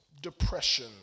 depression